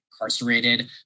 incarcerated